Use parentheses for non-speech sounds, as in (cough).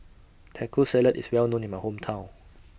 Taco Salad IS Well known in My Hometown (noise)